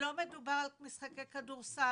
לא מדובר רק על משחקי כדורסל,